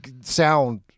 sound